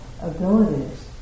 abilities